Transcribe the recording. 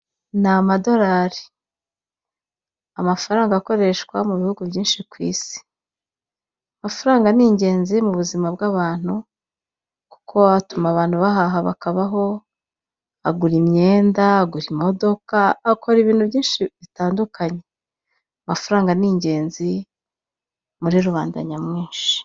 Ni amadorari amafaranga akoreshwa mu bihugu byinshi kw'isi. Amafaranga ni ingenzi mu buzima bwa bantu kuko atuma abantu bahaha bakabaho, agura imyenda, agura imodoka, akora ibintu byinshi bitandukanye. Amafaranga ni ingenzi muri rubanda nyamwinshi.